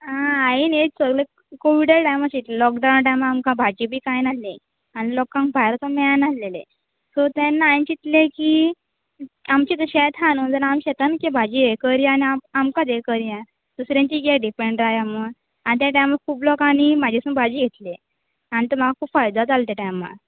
आं हांये लेट पयलें कॉविडा टायमार शीट लॉकडावनांत आमकां भाजी बी कांय नासली आनी लोकांक भायर वचूंक मेळ नाहलेंलें सो तेन्ना हांये चिंतलें की आमचें तें शेत आहा न्हू ती भाजी हें करया आनी आम आमकांत हें करया दुसऱ्यांचेर कित्याक डिपेंड रावया म्हूण आनी ते टायमार खूब लोकांनी म्हजेसून भाजी घेतली आनी म्हाका खूब फायदो जालो त्या टायमार